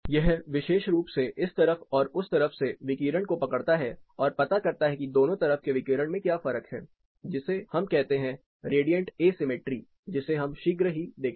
यह विशेष रूप से इस तरफ और उस तरफ से विकिरण को पकड़ता है और पता करता है कि दोनों तरफ के विकिरण में क्या फर्क है जिसे हम कहते हैं रेडिएंट एसिमेट्री जिसे हम शीघ्र ही देखेंगे